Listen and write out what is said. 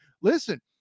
listen